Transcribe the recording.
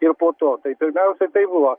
ir po to tai pirmiausia taip buvo